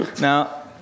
Now